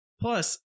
Plus